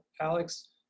Alex